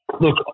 Look